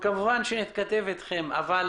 נתכתב אתכם בהמשך.